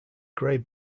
grey